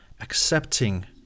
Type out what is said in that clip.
accepting